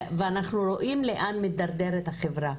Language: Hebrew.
ואנחנו רואים לאן מידרדרת החברה,